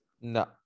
No